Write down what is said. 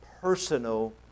personal